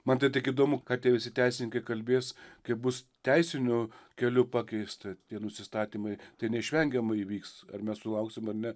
man tai tik įdomu kad tie visi teisininkai kalbės kaip bus teisiniu keliu pakeista tie nusistatymai tai neišvengiamai įvyks ar mes sulauksim ar ne